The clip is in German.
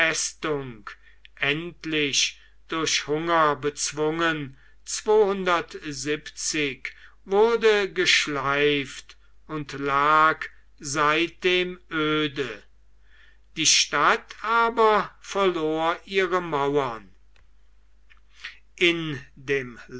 endlich durch hunger bezwungen wurde geschleift und lag seitdem öde die stadt aber verlor ihre mauern in dem